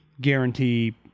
guarantee